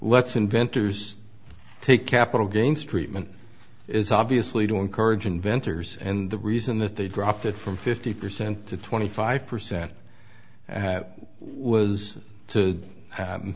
lets inventors take capital gains treatment is obviously to encourage inventors and the reason that they dropped it from fifty percent to twenty five percent was to